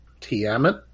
Tiamat